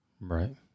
Right